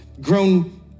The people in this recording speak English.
grown